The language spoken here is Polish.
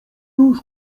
nóź